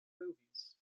movies